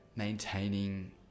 maintaining